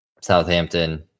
Southampton